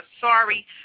sorry